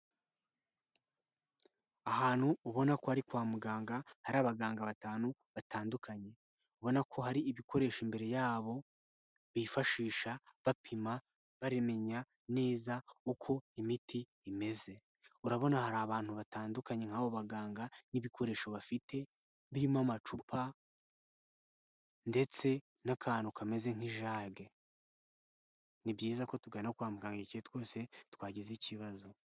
Ahantu ubona ko ari kwa muganga hari abaganga batanu batandukanye, ubona ko hari ibikoresho imbere yabo bifashisha bapima barimenya neza uko imiti imeze. Urabona hari abantu batandukanye nk'abo baganga n'ibikoresho bafite birimo amacupa, ndetse n'akantu kameze nk'ijage, ni byiza ko tugana kwa muganga igihe twese twagize ikibazo.